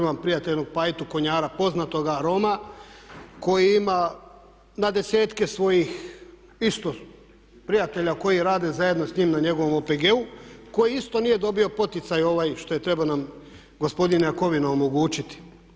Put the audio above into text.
Imam prijatelja, jednog pajtu konjara poznatoga Roma koji ima na desetke svojih isto prijatelja koji rade zajedno sa njim na njegovom OPG-u koji isto nije dobio poticaj ovaj što je trebao nam gospodin Jakovina omogućiti.